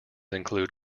include